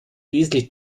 wesentlich